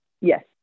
Yes